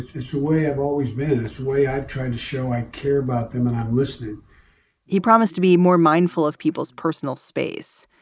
this way. i've always been this way. i've tried to show i care about them and i'm listening he promised to be more mindful of people's personal space.